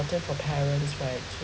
important for parents right